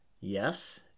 Yes